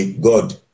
God